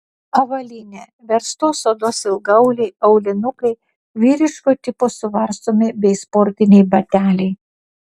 avalynė verstos odos ilgaauliai aulinukai vyriško tipo suvarstomi bei sportiniai bateliai